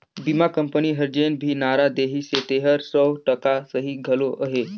बीमा कंपनी हर जेन भी नारा देहिसे तेहर सौ टका सही घलो अहे